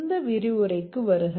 இந்த விரிவுரைக்கு வருக